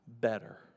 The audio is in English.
better